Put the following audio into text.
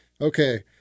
okay